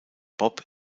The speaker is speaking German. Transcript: bob